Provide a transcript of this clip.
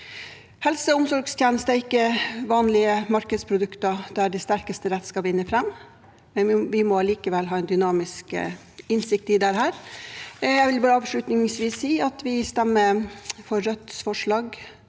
Helse- og omsorgstjenester er ikke vanlige markedsprodukter der de sterkestes rett skal vinne fram, men vi må allikevel ha en dynamisk innsikt i dette. Jeg vil avslutningsvis si at vi stemmer for Rødts forslag